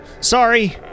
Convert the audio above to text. Sorry